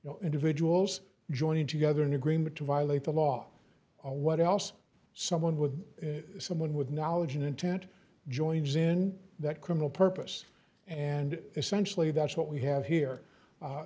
no individuals joining together in agreement to violate the law what else someone with someone with knowledge an intent joins in that criminal purpose and essentially that's what we have here